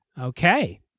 okay